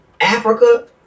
Africa